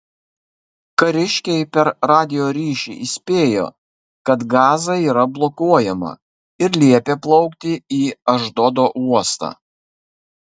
kariškiai per radijo ryšį įspėjo kad gaza yra blokuojama ir liepė plaukti į ašdodo uostą